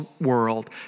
world